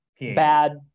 Bad